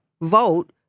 vote